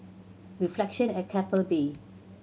Reflection at Keppel Bay